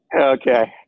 Okay